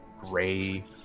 gray